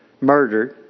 murdered